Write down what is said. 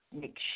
make